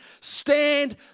Stand